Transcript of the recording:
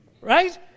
right